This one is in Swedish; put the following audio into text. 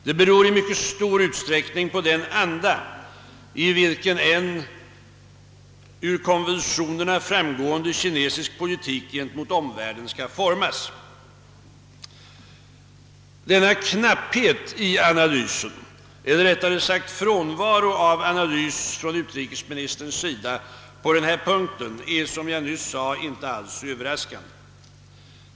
Det beror i mycket stor utsträckning på den anda, i vilken en ur konvulsionerna framgåen de kinesisk politik gentemot omvärlden skall formas. Denna knapphet i analysen eller rätlare sagt frånvaron av analysen från utrikesministerns sida på denna punkt är, som jag nyss sade, inte alls överraskande.